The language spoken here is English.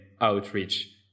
outreach